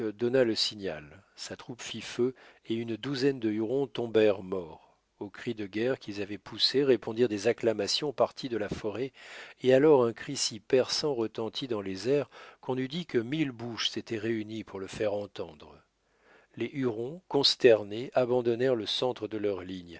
donna le signal sa troupe fit feu et une douzaine de hurons tombèrent morts au cri de guerre qu'il avait poussé répondirent des acclamations parties de la forêt et alors un cri si perçant retentit dans les airs qu'on eût dit que mille bouches s'étaient réunies pour le faire entendre les hurons consternés abandonnèrent le centre de leur ligne